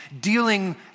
dealing